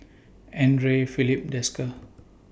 Andre Filipe Desker